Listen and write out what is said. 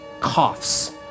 coughs